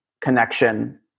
connection